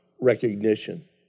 recognition